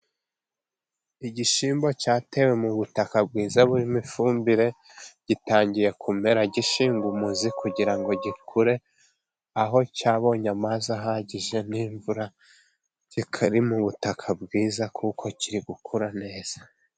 Igishyimbo cyatewe mu butaka bwiza burimo ifumbire gitangiye kumera, gishinga umuzi kugira ngo gikure aho cyabonye amazi ahagije n'imvura, kikaba kiri mu butaka bwiza kuko kiri gukura neza.